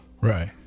Right